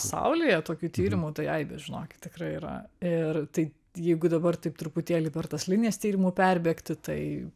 pasaulyje tokių tyrimų tai aibė žinokit tikrai yra ir tai jeigu dabar taip truputėlį per tas linijas tyrimų perbėgti tai